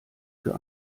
für